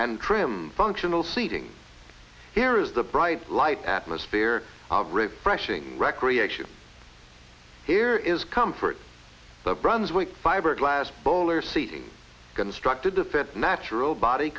and trim functional seating here is the bright light atmosphere of refreshing recreation here is comfort the brunswick fiberglass bowler seating constructed the fed natural body